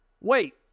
Wait